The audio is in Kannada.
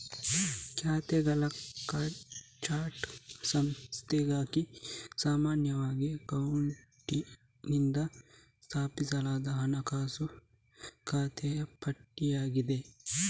ಖಾತೆಗಳ ಚಾರ್ಟ್ ಸಂಸ್ಥೆಗಾಗಿ ಸಾಮಾನ್ಯವಾಗಿ ಅಕೌಂಟೆಂಟಿನಿಂದ ಸ್ಥಾಪಿಸಲಾದ ಹಣಕಾಸು ಖಾತೆಗಳ ಪಟ್ಟಿಯಾಗಿದೆ